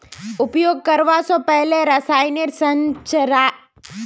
उपयोग करवा स पहले रसायनेर संरचनार बारे पढ़ना बेहतर छोक